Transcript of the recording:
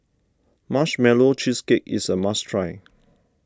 Marshmallow Cheesecake is a must try